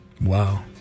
Wow